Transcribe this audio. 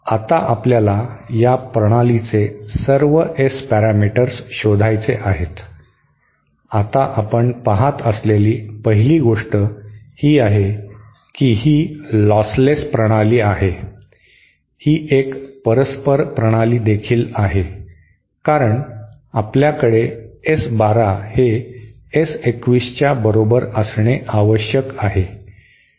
आता आपल्याला या प्रणालीचे सर्व S पॅरामीटर्स शोधायचे आहेत आता आपण पहात असलेली पहिली गोष्ट ही आहे की ही लॉसलेस प्रणाली आहे ही एक परस्पर प्रणालीदेखील आहे कारण आपल्याकडे S 1 2 हे S 2 1 च्या बरोबर असणे आवश्यक आहे